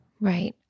Right